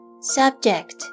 Subject